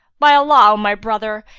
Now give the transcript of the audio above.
by allah, o my brother,